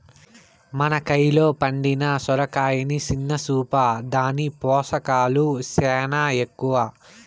మన కయిలో పండిన సొరకాయని సిన్న సూపా, దాని పోసకాలు సేనా ఎక్కవ